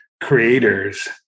creators